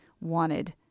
wanted